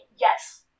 Yes